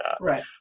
right